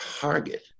target